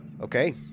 Okay